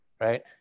right